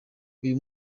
uyu